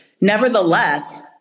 Nevertheless